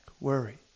worry